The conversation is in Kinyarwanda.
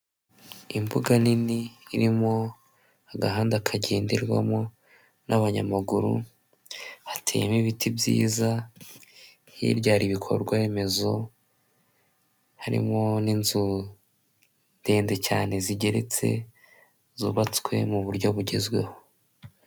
Imbuga nini irimo agahanda kagenderwamo n'abanyamaguru hateyemo ibiti byiza, hirya hari ibikorwa remezo harimo n'inzu ndende cyane zigeretse zubatswe mu buryo bugezweho.